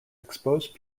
exposed